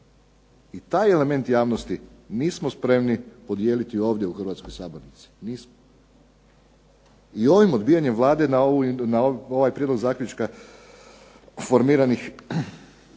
i taj element javnosti nismo spremni podijeliti ovdje u Hrvatskoj sabornici, nismo. I ovim odbijanjem Vlade na ovaj prijedlog zaključka formiranih